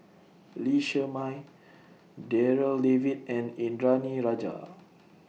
Lee Shermay Darryl David and Indranee Rajah